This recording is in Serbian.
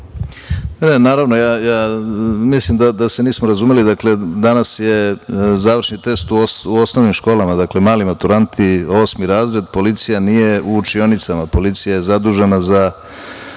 Ružić** Mislim da se nismo razumeli, danas je završni test u osnovnim školama, dakle, mali maturanti osmi razred, policija nije u učionicama, policija je zadužena za